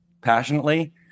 passionately